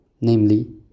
namely